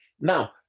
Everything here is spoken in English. Now